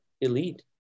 elite